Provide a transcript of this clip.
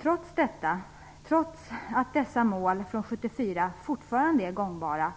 Trots att dessa mål från 1974 fortfarande är gångbara